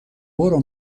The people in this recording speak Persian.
برو